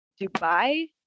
Dubai